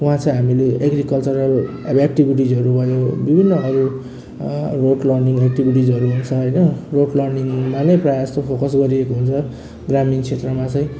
वहाँ चाहिँ हामीले एग्रिकल्चरल अब एक्टिभिटिजहरू भयो विभिन्न यो रोट लर्निङ एक्टिभिटिजहरू हुन्छ होइन रोट लर्निङमा नै प्रायः यस्तो फोकस गरिएको हुन्छ ग्रामीण क्षेत्रमा चाहिँ